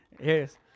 Yes